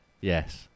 Yes